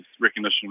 recognition